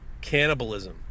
Cannibalism